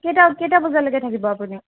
কেইটা কেইটা বজালৈকে থাকিব আপুনি